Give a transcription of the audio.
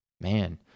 man